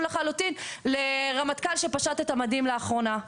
לחלוטין לרמטכ"ל שפשט את המדים לאחרונה.